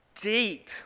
Deep